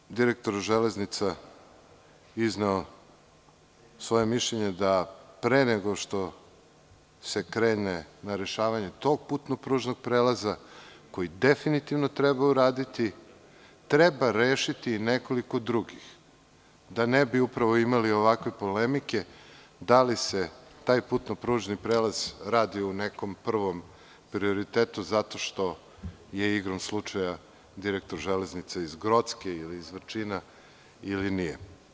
Ja sam direktoru „Železnica“ izneo svoje mišljenje da pre nego što se krene na rešavanje tog putno-pružnog prelaza, koji definitivno treba uraditi, treba rešiti nekoliko drugih, da ne bi imali ovakve polemike da li se taj putno-pružni prelaz radi u nekom prvom prioritetu zato što je igrom slučaja direktor „Železnica“ iz Grocke ili iz Vrčina ili nije.